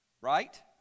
Right